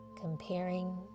comparing